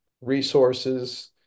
resources